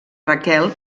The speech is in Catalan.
raquel